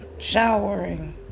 showering